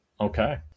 Okay